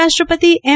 ઉપરાષ્ટ્રપતિ એમ